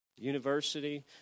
university